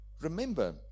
Remember